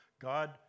God